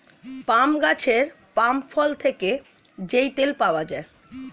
পাম গাছের পাম ফল থেকে যেই তেল পাওয়া যায়